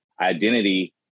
identity